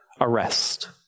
arrest